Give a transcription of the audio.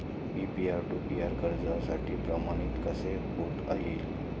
Me peer to peer कर्जासाठी प्रमाणित कसे होता येईल?